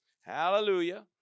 Hallelujah